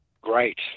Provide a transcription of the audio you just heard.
great